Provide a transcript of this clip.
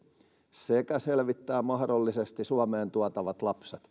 sekä selvittää mahdollisesti suomeen tuotavat lapset